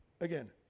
again